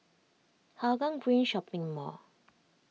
Hougang Green Shopping Mall